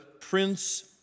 Prince